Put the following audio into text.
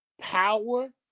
Power